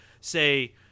say